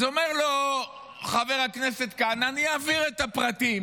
אז אומר לו חבר הכנסת כהנא: אני אעביר את הפרטים,